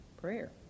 Prayer